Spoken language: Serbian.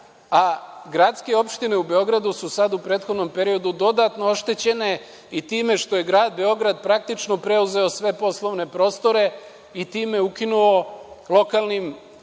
a gradske opštine u Beogradu su sad u prethodnom periodu dodatno oštećene i time što je grad Beograd praktično preuzeo sve poslovne prostore i time ukinuo, ne